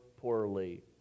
poorly